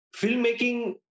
Filmmaking